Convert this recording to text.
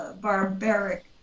barbaric